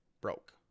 broke